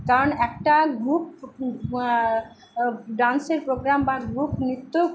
কারণ একটা গ্রুপ ডান্সের প্রোগ্রাম বা গ্রুপ নৃত্য